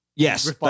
Yes